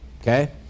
okay